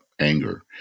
anger